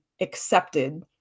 accepted